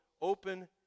open